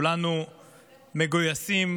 וכולנו מגויסים